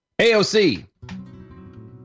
AOC